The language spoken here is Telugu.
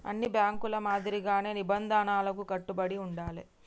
అన్ని బ్యేంకుల మాదిరిగానే నిబంధనలకు కట్టుబడి ఉండాలే